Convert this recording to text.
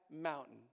mountain